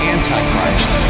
Antichrist